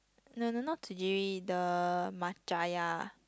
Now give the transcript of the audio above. no no not Tsujiri the Matchaya